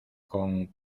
con